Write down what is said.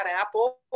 apple